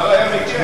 השר היה מגיע,